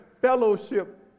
fellowship